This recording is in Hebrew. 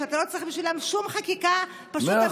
אתה לא צריך בשבילם שום חקיקה, פשוט הנחיות שלך.